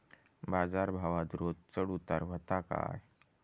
बाजार भावात रोज चढउतार व्हता काय?